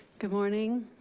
good morning,